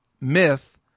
myth